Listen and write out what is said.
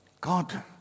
God